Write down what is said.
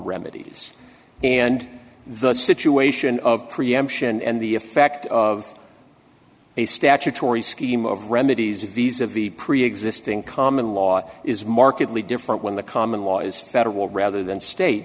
remedies and the situation of preemption and the effect of a statutory scheme of remedies viz of the preexisting common law is markedly different when the common law is federal rather than state